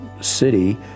city